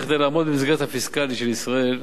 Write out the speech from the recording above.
כדי לעמוד במסגרת הפיסקלית של ישראל,